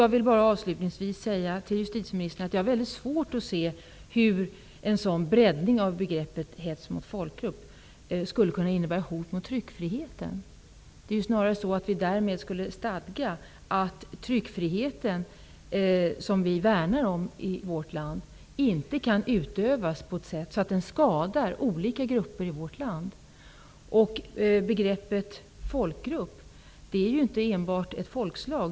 Jag vill bara avslutningsvis säga till justitieministern att jag har mycket svårt att se hur en sådan breddning av begreppet hets mot folkgrupp skulle kunna innebära ett hot mot tryckfriheten. Det är snarare så att vi därmed skulle stadga att tryckfriheten, som vi värnar om i vårt land, inte kan utövas på sådant sätt att den skadar olika grupper i landet. Begreppet folkgrupp gäller inte enbart ett folkslag.